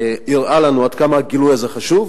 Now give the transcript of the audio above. הראה לנו עד כמה הגילוי הזה חשוב,